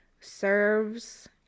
serves